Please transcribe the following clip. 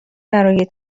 برای